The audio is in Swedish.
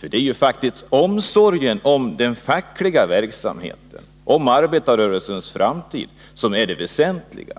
Det är faktiskt omsorgen om den fackliga verksamheten, om arbetarrö Nr 29 relsens framtid, som är det väsentliga.